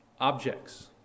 objects